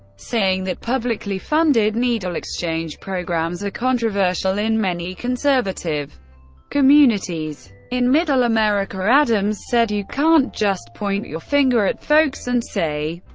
saying that publicly funded needle exchange programs are controversial in many conservative communities. in middle america, adams said, you can't just point your finger at folks and say,